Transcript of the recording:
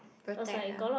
protect ah